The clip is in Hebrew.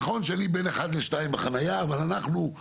נכון שאני בין 1-2 בחנייה אבל הגישה